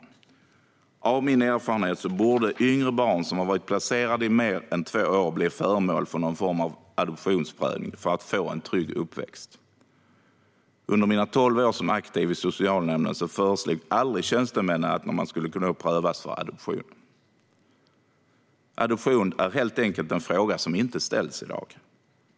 Utifrån denna erfarenhet menar jag att yngre barn som har varit placerade i mer än två år bör bli föremål för någon form av adoptionsprövning för att få en trygg uppväxt. Under mina tolv år som aktiv i socialnämnden föreslog tjänstemännen aldrig att någon skulle kunna prövas för adoption. Adoption är helt enkelt en fråga som inte ställs i dag.